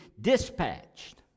dispatched